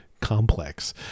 complex